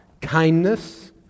kindness